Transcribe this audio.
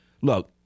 look